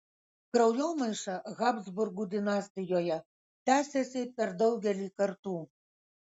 kraujomaiša habsburgų dinastijoje tęsėsi per daugelį kartų